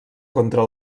contra